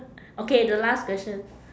okay the last question